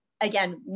again